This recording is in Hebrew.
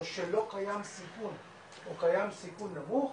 היא שלא קיים סיכון או שקיים סיכון נמוך,